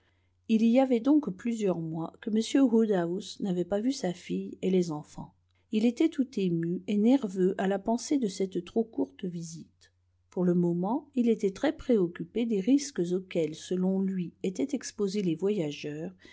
il y avait donc plusieurs mois que m woodhouse n'avait pas vu sa fille et les enfants il était tout ému et nerveux à la pensée de cette trop courte visite pour le moment il était très préoccupé des risques auxquels selon lui étaient exposés les voyageurs